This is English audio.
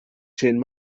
chain